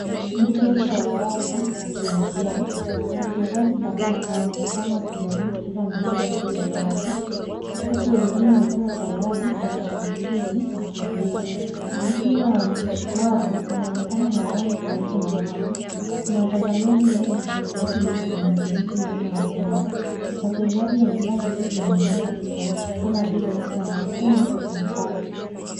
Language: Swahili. Mchezo ya wavu ikiendelea, Wachezaji kadhaa wanaonekana wakijaribu kucheza mpira juu ya wavu huku wengine wakiwa tayari kwa masambulizi na kuzuia. Mpira wa wavu unaonekana hewani karibu na wavu. Kuna watazamaji wengi kwenye viti vya kijani kibichi nyuma ya uwanja. Wachezaji wamevaa jezi yenye namba tofauti kama vile, namba kumi na tatu.